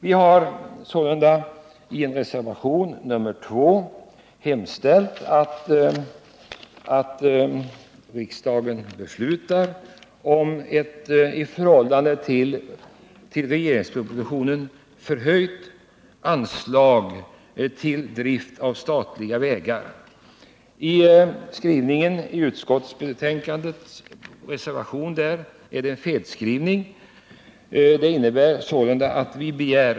Vi har i reservationen 2 hemställt att riksdagen beslutar om ett i förhållande till budgetpropositionen förhöjt anslag till drift av statliga vägar. I reservationens hemställan har genom en felskrivning yrkandet kommit att avse 2255 000 kr. i stället för 2 255 000 000 kr.